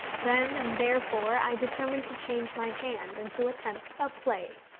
then and therefore i determined to change my hand, and to attempt a play.